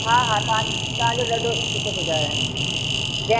हा हा तांज तव्हांजो ॾाढो शुकरगुज़ार आहियां जय